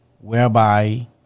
whereby